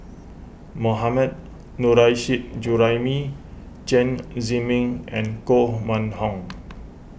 Mohammad Nurrasyid Juraimi Chen Zhiming and Koh Mun Hong